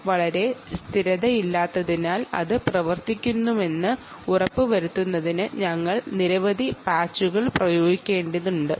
chip വളരെ സ്ഥിരതയില്ലാത്തതിനാൽ അത് പ്രവർത്തിക്കുമെന്ന് ഉറപ്പുവരുത്തുന്നതിന് ഞങ്ങൾ നിരവധി പാച്ചുകൾ പ്രയോഗിക്കേണ്ടതുണ്ട്